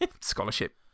scholarship